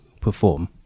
perform